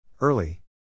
Early